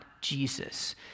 Jesus